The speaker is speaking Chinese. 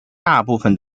大部份